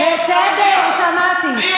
בסדר, שמעתי.